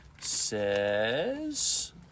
says